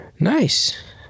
Nice